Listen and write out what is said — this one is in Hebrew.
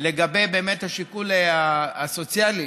לגבי השיקול הסוציאלי,